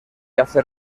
hace